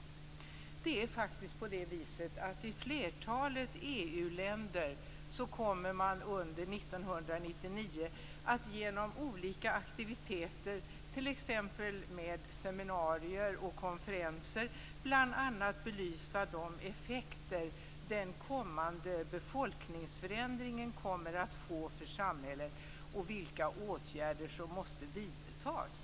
I flertalet EU-länder kommer man under 1999 att, genom olika aktiviteter, t.ex. seminarier och konferenser, belysa de effekter den kommande befolkningsförändringen kommer att få för samhället och vilka åtgärder som måste vidtas.